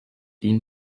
ihnen